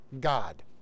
God